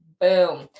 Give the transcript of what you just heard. Boom